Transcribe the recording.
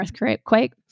earthquake